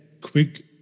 quick